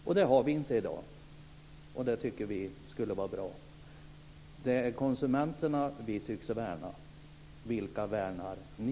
Så är det inte i dag, men vi tycker att det skulle vara bra. Det är konsumenterna vi värnar. Vilka värnar ni?